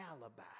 alibi